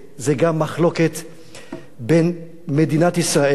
זו גם מחלוקת בין מדינת ישראל,